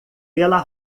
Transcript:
pela